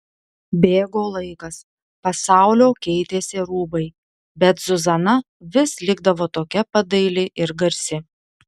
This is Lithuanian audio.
bėgo laikas pasaulio keitėsi rūbai bet zuzana vis likdavo tokia pat daili ir garsi